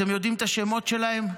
אתם יודעים את השמות שלהם,